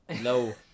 no